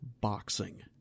boxing